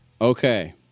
Okay